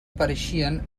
pareixien